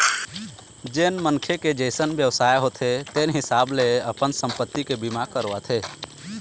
जेन मनखे के जइसन बेवसाय होथे तेन हिसाब ले अपन संपत्ति के बीमा करवाथे